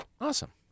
awesome